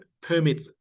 permit